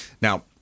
Now